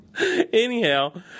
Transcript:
Anyhow